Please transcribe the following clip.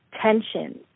tension